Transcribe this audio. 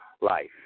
life